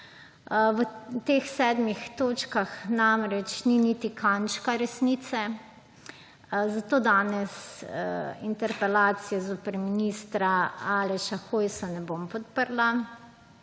V teh sedmih točkah namreč ni niti kančka resnice, zato danes interpelacije zoper ministra Aleša Hojsa ne bom podprla.